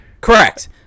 Correct